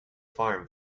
farm